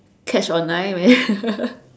catch online man